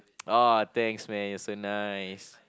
oh thanks man you're so nice